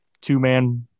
two-man